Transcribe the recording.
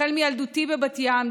החל מילדותי בבת ים,